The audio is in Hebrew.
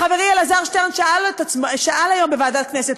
חברי אלעזר שטרן שאל היום בוועדת הכנסת,